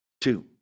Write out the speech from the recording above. two